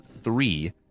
three